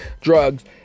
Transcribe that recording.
drugs